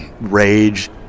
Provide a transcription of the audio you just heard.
rage